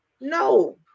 No